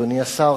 אדוני השר,